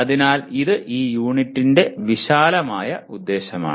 അതിനാൽ ഇത് ഈ യൂണിറ്റിന്റെ വിശാലമായ ഉദ്ദേശമാണ്